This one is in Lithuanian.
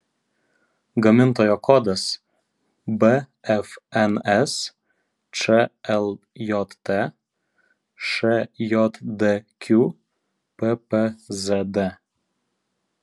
gamintojo kodas bfns čljt šjdq ppzd